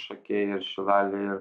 šakiai ir šilalė ir